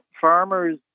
farmers